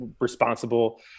responsible